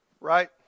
Right